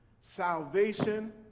Salvation